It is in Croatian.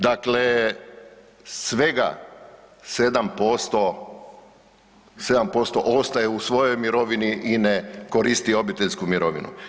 Dakle, svega 7% ostaje u svojoj mirovini i ne koristi obiteljsku mirovinu.